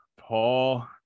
Paul